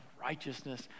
righteousness